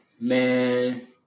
man